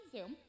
Zoom